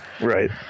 Right